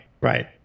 right